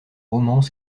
romances